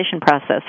process